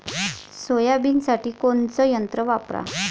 सोयाबीनसाठी कोनचं यंत्र वापरा?